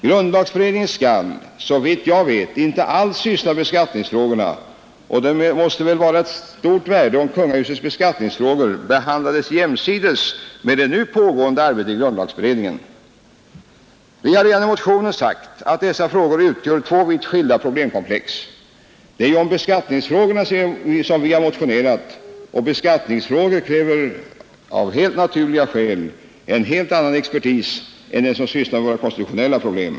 Grundlagberedningen skall — såvitt jag vet — inte alls syssla med beskattningsfrågorna, och det måste väl vara av stort värde om kungahusets beskattningsfrågor behandlades jämsides med arbetet i grundlagberedningen. Vi har redan i motionen sagt att dessa frågor utgör två vitt skilda problemkomplex. Det är ju om beskattningsfrågorna som vi motionerat, och beskattningsfrågor kräver av helt naturliga skäl en helt annan expertis än den som sysslar med våra konstitutionella problem.